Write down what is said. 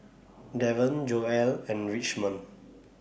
Daron Joell and Richmond